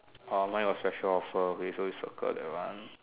orh mine got special offer okay so we circle that one